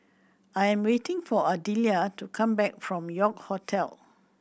I am waiting for Ardelia to come back from York Hotel